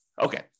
Okay